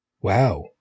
Wow